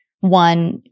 one